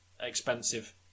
expensive